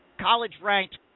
college-ranked